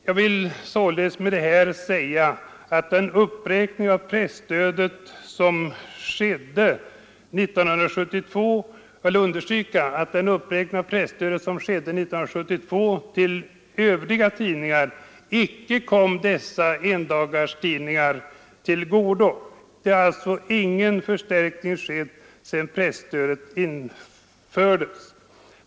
Jag vill också understryka att den uppräkning som skedde 1972 av presstödet till övriga tidningar icke kom dessa endagstidningar till godo. De har inte fått någon förstärkning sedan presstödet infördes.